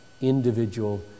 individual